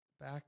Back